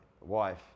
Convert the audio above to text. wife